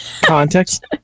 context